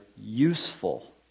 useful